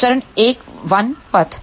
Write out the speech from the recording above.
तो चरण 1 पथ